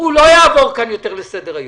לא יעבור כאן יותר לסדר היום.